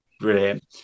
Brilliant